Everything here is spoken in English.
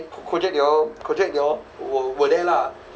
then kojack they all kojack they all were there lah